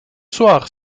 soir